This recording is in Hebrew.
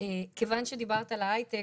כיוון שדיברת על ההייטק,